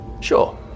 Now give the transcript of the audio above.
Sure